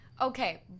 Okay